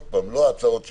לא ההצעות שלי,